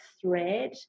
thread